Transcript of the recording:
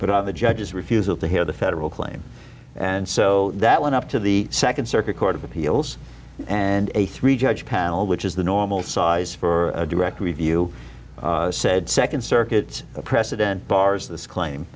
but on the judge's refusal to hear the federal claim and so that went up to the second circuit court of appeals and a three judge panel which is the normal size for direct review said second circuit precedent bars this